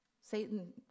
Satan